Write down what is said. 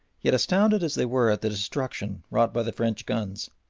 yet, astounded as they were at the destruction wrought by the french guns,